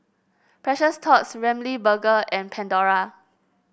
Precious Thots Ramly Burger and Pandora